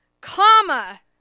comma